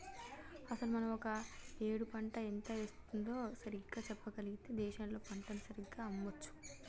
అసలు మనం ఒక ఏడు పంట ఎంత వేస్తుందో సరిగ్గా చెప్పగలిగితే దేశంలో పంటను సరిగ్గా అమ్మొచ్చు